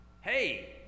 Hey